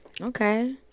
Okay